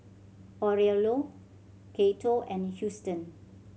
Aurelio Cato and Huston